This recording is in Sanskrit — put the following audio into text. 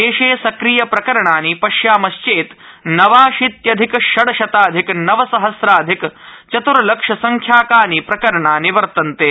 देशे सक्रिय प्रकरणानि पश्यामश्रेत् नवाशीत्यधिक षड् शताधिक नव सहम्राधिक चतुर्लक्ष संख्याकानि प्रकरणानि वर्तन्ते